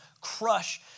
crush